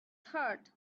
thought